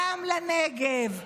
גם לנגב.